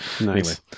Nice